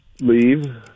Leave